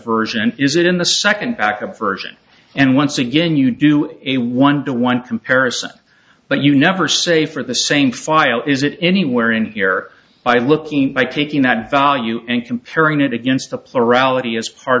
version is it in the second pack of version and once again you do a one to one comparison but you never say for the same file is it anywhere in here by looking by taking that value and comparing it against